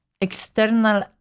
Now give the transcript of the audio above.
external